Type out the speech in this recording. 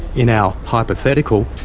in our hypothetical,